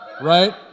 right